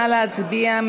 נא להצביע.